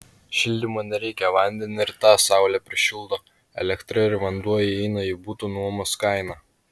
šildymo nereikia vandenį ir tą saulė prišildo elektra ir vanduo įeina į buto nuomos kainą